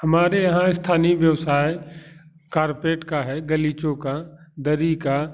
हमारे यहाँ स्थानीय व्यवसाय कार्पेट का है गलीचों का दरी का